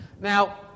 Now